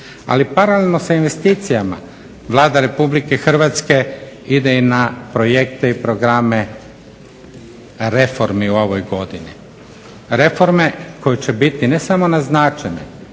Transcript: Ali paralelno sa investicijama Vlada Republike Hrvatske ide i na projekte i programe reformi u ovoj godini, reforme koje će biti ne samo naznačene,